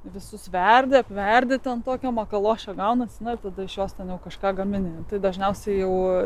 visus verdi verdi ten tokio makalošė gaunasi na ir tada iš jos ten jau kažką gamini tai dažniausiai jau